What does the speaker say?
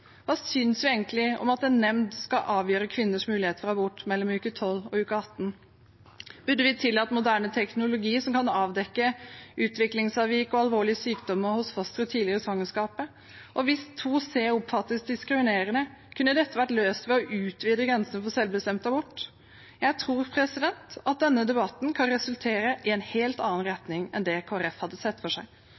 Hva synes vi egentlig om at en nemnd skal avgjøre kvinners muligheter for abort mellom uke 12 og uke 18? Burde vi tillatt moderne teknologi som kan avdekke utviklingsavvik og alvorlige sykdommer hos fosteret tidlig i svangerskapet? Og hvis § 2 c oppfattes diskriminerende, kunne dette vært løst ved å utvide grensene for selvbestemt abort? Jeg tror at denne debatten kan resultere i en helt annen retning enn det Kristelig Folkeparti hadde sett for seg.